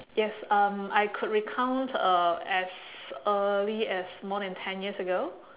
yes um I could recount uh as early as more than ten years ago